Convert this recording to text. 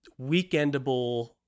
weekendable